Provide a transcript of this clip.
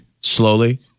slowly